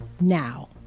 Now